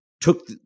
took